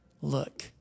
look